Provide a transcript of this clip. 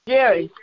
Jerry